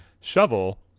shovel